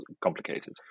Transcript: complicated